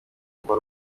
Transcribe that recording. uhora